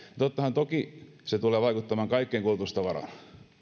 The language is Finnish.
tottahan toki se tulee vaikuttamaan kaikkeen kulutustavaraan